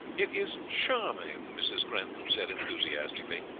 it is charming! mrs. grantham said enthusiastically.